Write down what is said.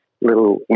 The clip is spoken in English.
little